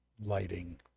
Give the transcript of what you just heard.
lighting